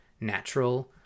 natural